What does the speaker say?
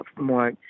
more